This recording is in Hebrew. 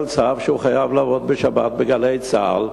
צו שהוא חייב לעבוד בשבת ב"גלי צה"ל",